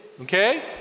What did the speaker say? Okay